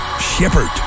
Shepard